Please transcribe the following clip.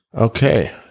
Okay